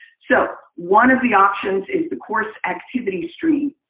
so, one of the options is the course activity stream.